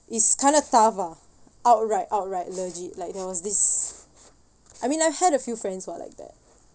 is kind of tough ah outright outright legit like there was this I mean I've had a few friends who are like that